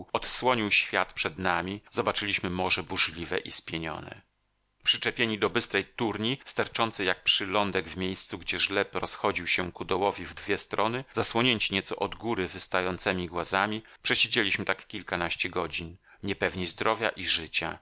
odsłonił świat przed nami zobaczyliśmy morze burzliwe i spienione przyczepieni do bystrej turni sterczącej jak przylądek w miejscu gdzie żleb rozchodził się ku dołowi w dwie strony zasłonięci nieco od góry wystającemi głazami przesiedzieliśmy tak kilkanaście godzin niepewni zdrowia i życia